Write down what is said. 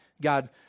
God